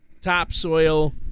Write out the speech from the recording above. topsoil